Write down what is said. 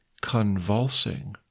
convulsing